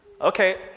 okay